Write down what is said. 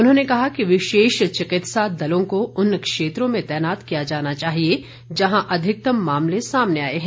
उन्होंने कहा कि विशेष चिकित्सा दलों को उन क्षेत्रों में तैनात किया जाना चाहिए जहां अधिकतम मामले सामने आए हैं